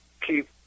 keep